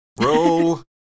Roll